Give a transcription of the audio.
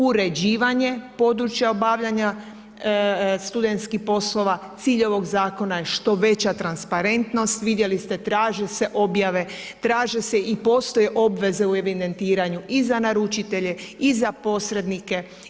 Uređivanje područja obavljanja studentskih poslova, cilj ovog zakona je što veća transparentnost, vidjeli ste traže se objave traže se i postoje obveze u evidentiranju i za naručitelje i za posrednike.